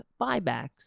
buybacks